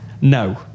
no